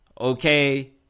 Okay